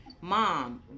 Mom